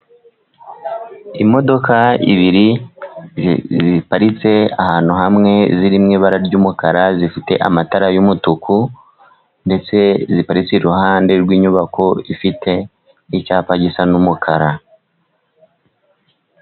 Imodoka ebyiri ziparitse ahantu hamwe, ziri mu ibara ry'umukara, zifite amatara y'umutuku, ndetse ziparitse iruhande rw'inyubako ifite icyapa gisa n'umukara.